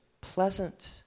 pleasant